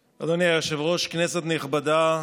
היושב-ראש, כנסת נכבדה,